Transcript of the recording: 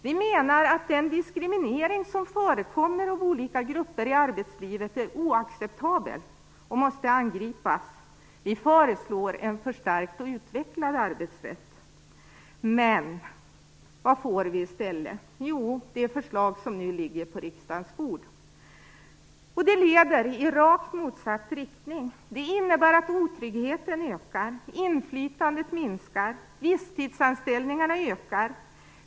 Vi menar att den diskriminering som förekommer av olika grupper i arbetslivet är oacceptabel och måste angripas. Vi föreslår en förstärkt och utvecklad arbetsrätt. Men vad får vi i stället? Jo, det förslag som nu ligger på riksdagens bord. Det leder i rakt motsatt riktning. Det innebär att otryggheten ökar, att inflytandet minskar och att visstidsanställningarna ökar.